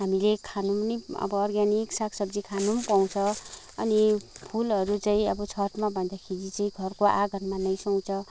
हामीले खान पनि अब अर्ग्यानिक साग सब्जी खान पनि पाउँछ अनि फुलहरू चाहिँ अब छतमा भन्दाखेरि चाहिँ घरको आँगनमा नै सुहाउँछ